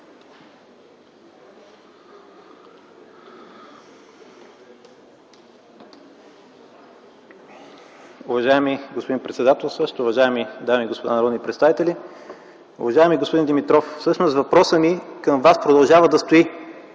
Уважаеми господин председател, уважаеми дами и господа народни представители, уважаеми господин Димитров! Всъщност, въпросът ми към Вас продължава да стои: